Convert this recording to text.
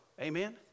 Amen